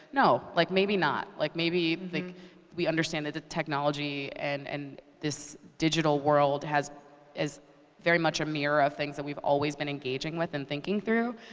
no, like maybe not. like maybe we understand that the technology, and and this digital world, has is very much a mirror of things that we've always been engaging with and thinking through.